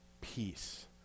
peace